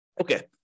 Okay